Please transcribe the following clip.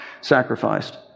sacrificed